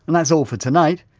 and that's all for tonight.